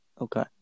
Okay